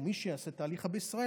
או למי שיעשה את ההליך בישראל,